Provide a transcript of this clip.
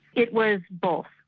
it was both.